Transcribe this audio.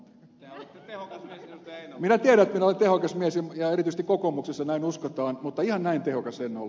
minä tiedän että minä olen tehokas mies ja erityisesti kokoomuksessa näin uskotaan mutta ihan näin tehokas en ole